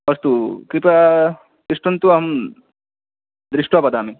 अस्तु कृपया तिष्ठन्तु अहं दृष्वा वदामि